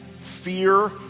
Fear